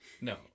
No